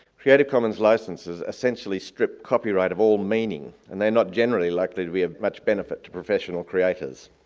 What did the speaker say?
creative commons licences essentially strip copyright of all meaning, and they're not generally likely to be of much benefit to professional creators.